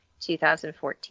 2014